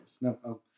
No